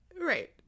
Right